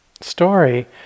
story